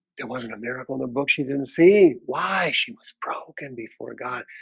there wasn't a marathon the book. she didn't see why she was broken before god.